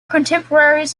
contemporaries